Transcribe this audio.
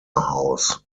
house